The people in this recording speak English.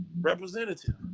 representative